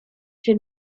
się